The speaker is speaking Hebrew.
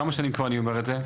כמה שנים כבר אני אומר את זה?